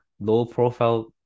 low-profile